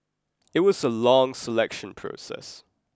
it was a long selection process